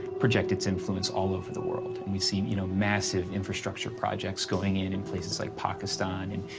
project its influence all over the world. and we've seen, you know, massive infrastructure projects going in in places like pakistan, in,